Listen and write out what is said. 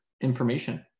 information